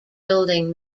building